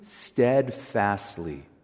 steadfastly